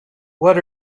what